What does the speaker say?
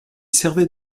servait